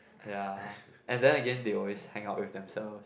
ya and then they will always hang up again with themselves